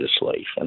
legislation